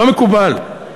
לא מקובל.